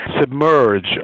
submerge